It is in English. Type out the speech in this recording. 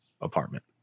apartment